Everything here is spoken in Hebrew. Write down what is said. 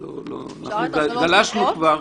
לא לא, גלשנו כבר.